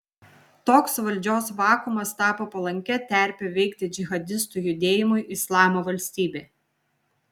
toks valdžios vakuumas tapo palankia terpe veikti džihadistų judėjimui islamo valstybė